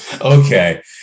Okay